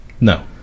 No